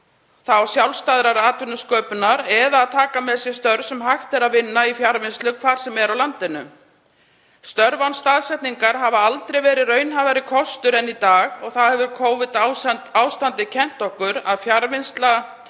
til sjálfstæðrar atvinnusköpunar eða að taka með sér störf sem hægt er að vinna í fjarvinnslu hvar sem er á landinu. Störf án staðsetningar hafa aldrei verið raunhæfari kostur en í dag. Covid-ástandið hefur kennt okkur að fjarvinnsla ýmiss